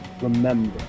remember